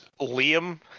Liam